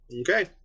Okay